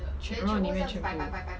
然后里面全部